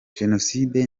jenoside